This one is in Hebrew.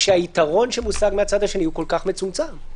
כשהיתרון שמושג מהצד השני הוא כל כך מצומצם.